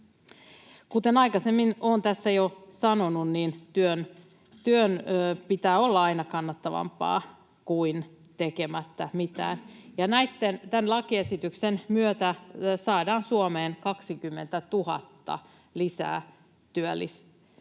Kuten aikaisemmin olen tässä jo sanonut, niin työn pitää olla aina kannattavampaa kuin olla tekemättä mitään. Tämän lakiesityksen myötä saadaan Suomeen 20 000 työllistä